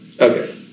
Okay